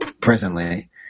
presently